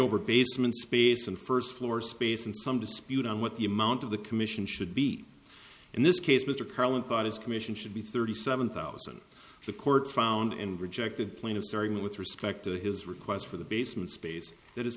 over basement space and first floor space and some dispute on what the amount of the commission should be in this case mr carlin thought his commission should be thirty seven thousand the court found and rejected point of starting with respect to his request for the basement space that is